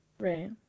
Right